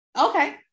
okay